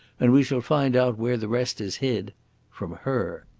and we shall find out where the rest is hid from her.